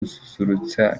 gususurutsa